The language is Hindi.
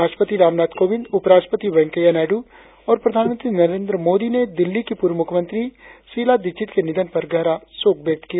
राष्ट्रपति रामनाथ कोविंद उपराष्ट्रपति वैकेया नायडू और प्रधानमंत्री नरेन्द्र मोदी ने दिल्ली की पूर्व मुख्यमंत्री शीला दीक्षित के निधन पर गहरा शोक व्यक्त किया है